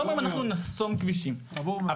חמור מאוד.